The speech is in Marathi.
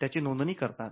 त्याची नोंदणी करतात